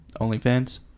OnlyFans